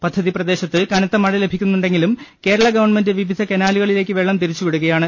പദ്ധതി പ്രദേശത്ത് കനത്ത മഴ ലഭിക്കു ന്നുണ്ടെങ്കിലും കേരള ഗവൺമെന്റ് വിവിധ കനാലുകളിലേക്ക് വെള്ളം തിരിച്ചുവിടുകയാണ്